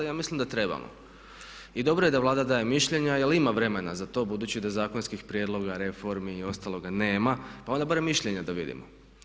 Ja mislim da trebamo i dobro je da Vlada daje mišljenja jer ima vremena za to budući da zakonskih prijedloga, reformi i ostaloga nema pa onda barem mišljenja da vidimo.